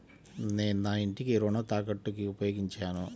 నేను నా ఇంటిని రుణ తాకట్టుకి ఉపయోగించాను